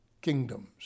kingdoms